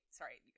sorry